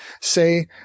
say